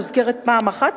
המוזכרת פעם אחת,